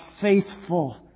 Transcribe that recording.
faithful